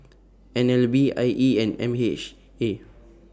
N L B I E and M H A